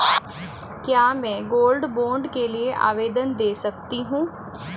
क्या मैं gold bond के लिए आवेदन दे सकती हूँ?